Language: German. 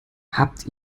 habt